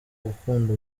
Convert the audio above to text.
gukunda